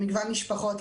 למגוון משפחות,